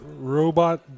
Robot